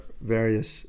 various